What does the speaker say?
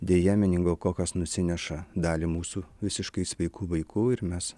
deja meningokokas nusineša dalį mūsų visiškai sveikų vaikų ir mes